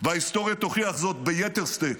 וההיסטוריה תוכיח זאת ביתר שאת.